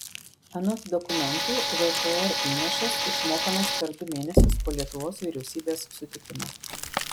anot dokumentų vfr įnašas išmokamas per du mėnesius po lietuvos vyriausybės sutikimo